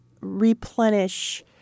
replenish